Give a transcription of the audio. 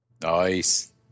Nice